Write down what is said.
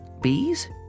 Bees